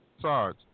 Sarge